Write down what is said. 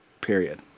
period